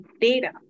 data